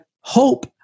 hope